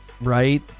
Right